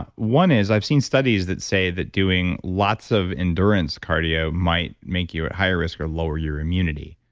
one is i've seen studies that say that doing lots of endurance cardio might make you higher risk or lower your immunity,